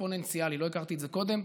"אקספוננציאלי"; לא הכרתי את זה קודם.